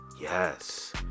yes